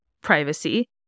privacy